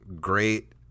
great